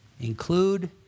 Include